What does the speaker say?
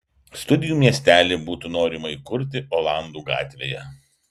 studijų miestelį būtų norima įkurti olandų gatvėje